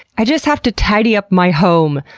i just have to tidy up my home.